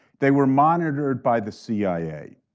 they were monitored by the cia,